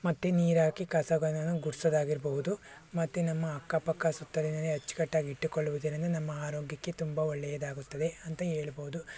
ಮತ್ತು ನೀರಾಕಿ ಕಸಗಳನ್ನು ಗುಡಿಸೋದಾಗಿರ್ಬಹ್ದು ಮತ್ತು ನಮ್ಮ ಅಕ್ಕಪಕ್ಕ ಸುತ್ತಲಿನಲ್ಲಿ ಅಚ್ಕಟ್ಟಾಗಿ ಇಟ್ಟುಕೊಳ್ಳುವುದರಿಂದ ನಮ್ಮ ಆರೋಗ್ಯಕ್ಕೆ ತುಂಬ ಒಳ್ಳೆಯದಾಗುತ್ತದೆ ಅಂತ ಹೇಳ್ಬೋದು